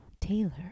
Taylor